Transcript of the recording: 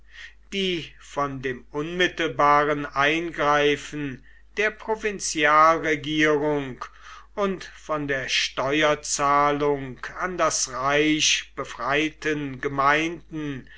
die von dem unmittelbaren eingreifen der provinzialregierung und von der steuerzahlung an das reich befreiten gemeinden